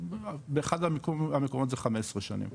באחד המקומות זה 15 שנים.